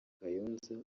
kayonza